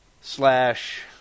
slash